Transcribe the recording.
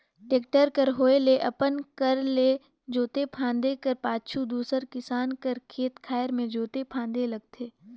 tractor कर होए ले अपन कर ल जोते फादे कर पाछू दूसर किसान कर खेत खाएर मे जोते फादे लगथे